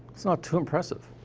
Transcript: it's not too impressive.